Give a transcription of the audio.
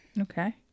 okay